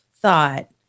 thought